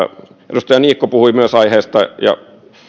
edustaja niikko puhui myös tästä aiheesta ja